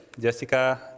Jessica